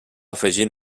afegir